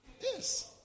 yes